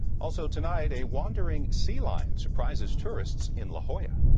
also tonight a wandering sea lion surprises tourists in la hoe yeah